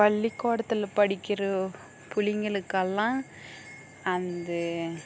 பள்ளிக்கூடத்துல படிக்கிற புள்ளைங்களுக்கல்லாம் அந்து